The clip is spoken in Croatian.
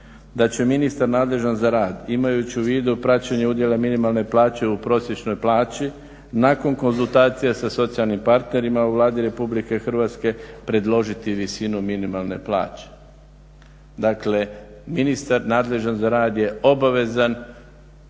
da će ministar nadležan za rad imajući u vidu praćenje udjela minimalne plaće u prosječnoj plaći nakon konzultacija sa socijalnim partnerima u Vladi RH predložiti visinu minimalne plaće. Dakle, ministar nadležan za rad je obavezan